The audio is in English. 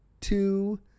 two